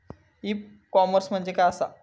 E commerce म्हणजे काय असा?